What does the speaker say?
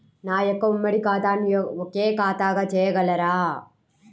నా యొక్క ఉమ్మడి ఖాతాను ఒకే ఖాతాగా చేయగలరా?